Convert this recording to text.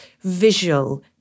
visual